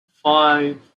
five